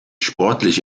sportlich